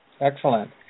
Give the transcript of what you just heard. Excellent